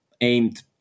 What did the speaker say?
aimed